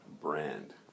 brand